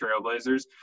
Trailblazers